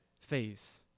phase